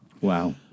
wow